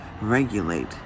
regulate